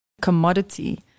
commodity